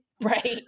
Right